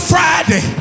Friday